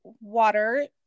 water